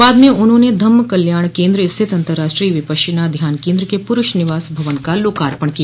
बाद में उन्होंने धम्म कल्याण केन्द्र स्थित अंतर्राष्ट्रीय विपश्यना ध्यान केन्द्र के पुरूष निवास भवन का लोकार्पण किया